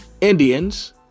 Indians